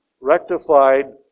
rectified